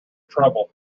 treble